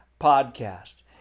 podcast